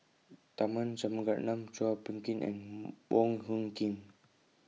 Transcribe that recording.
Tharman Shanmugaratnam Chua Phung Kim and Wong Hung Khim